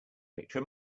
picture